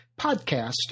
podcast